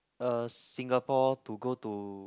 uh Singapore to go to